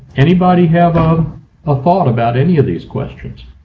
anybody have um a thought about any of these questions?